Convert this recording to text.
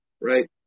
right